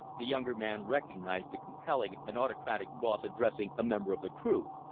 the younger man recognized the compelling and autocratic boss addressing a member of the crew.